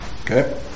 Okay